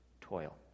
toil